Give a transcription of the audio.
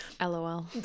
lol